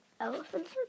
elephants